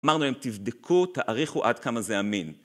אמרנו להם, תבדקו, תעריכו עד כמה זה אמין.